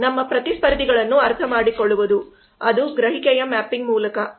ನಮ್ಮ ಪ್ರತಿಸ್ಪರ್ಧಿಗಳನ್ನು ಅರ್ಥಮಾಡಿಕೊಳ್ಳುವುದು ಅದು ಗ್ರಹಿಕೆಯ ಮ್ಯಾಪಿಂಗ್ ಮೂಲಕ